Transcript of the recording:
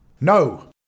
No